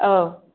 ꯑꯧ